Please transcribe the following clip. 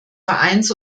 vereins